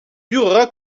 durera